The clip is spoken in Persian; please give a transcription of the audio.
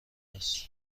است